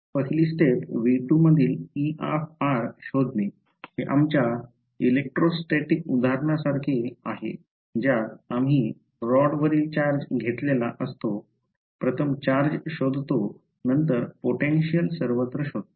पहिली step V2 मधील E शोधणे हे आमच्या इलेक्ट्रोस्टेटिक उदाहरणासारखे होते ज्यात आम्ही रॉडवरील चार्ज घेतलेला असतो प्रथम चार्ज शोधतो नंतर potential सर्वत्र शोधतो